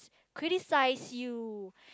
criticise you